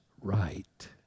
right